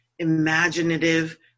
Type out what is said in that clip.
imaginative